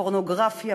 פורנוגרפיה,